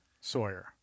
Sawyer